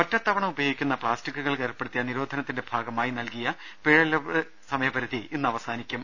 ഒറ്റത്തവണ ഉപയോഗിക്കുന്ന പ്ലാസ്റ്റിക്കുകൾക്ക് ഏർപ്പെടുത്തിയ നിരോധനത്തിന്റെ ഭാഗമായി നൽകിയ പിഴയിളവ് സമയപരിധി ഇന്ന് അവസാനിക്കും